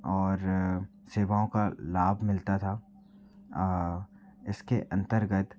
और सेवाओं का लाभ मिलता था इसके अंतर्गत